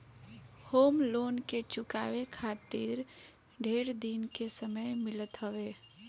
home loan के चुकावे खातिर ढेर दिन के समय मिलत हवे